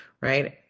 right